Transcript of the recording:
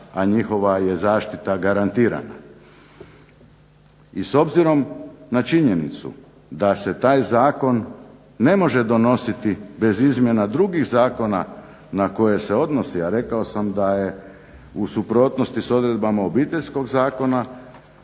a njihova je zaštita garantirana. I s obzirom na činjenicu da se taj zakon ne može donositi bez izmjena drugih zakona na koje se odnosi, a rekao sam da je u suprotnosti s odredbama Obiteljskog zakona,